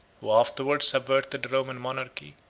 who afterwards subverted the roman monarchy,